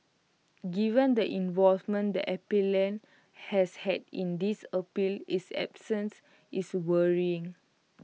given the involvement the appellant has had in this appeal his absence is worrying